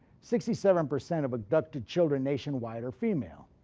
sixty seven percent of abducted children nationwide are female,